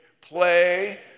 Play